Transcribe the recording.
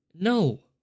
No